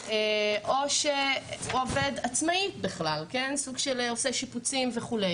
שהוא עובד כעצמאי, סוג של עושה שיפוצים וכו'.